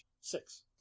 Six